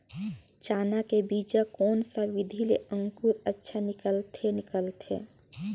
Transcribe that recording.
चाना के बीजा कोन सा विधि ले अंकुर अच्छा निकलथे निकलथे